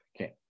Okay